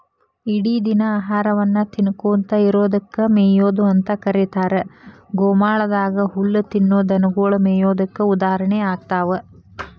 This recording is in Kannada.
ಇಡಿದಿನ ಆಹಾರವನ್ನ ತಿನ್ನಕೋತ ಇರೋದಕ್ಕ ಮೇಯೊದು ಅಂತ ಕರೇತಾರ, ಗೋಮಾಳದಾಗ ಹುಲ್ಲ ತಿನ್ನೋ ದನಗೊಳು ಮೇಯೋದಕ್ಕ ಉದಾಹರಣೆ ಆಗ್ತಾವ